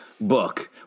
Book